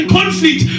conflict